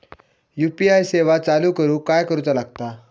UPI सेवा चालू करूक काय करूचा लागता?